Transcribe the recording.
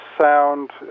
sound